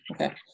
okay